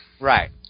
Right